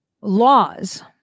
laws